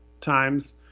times